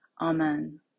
Amen